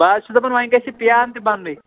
بہٕ حظ چھُس دَپان وۄنۍ گژھِ یہِ پِیان تہِ بَننُے